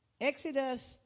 Exodus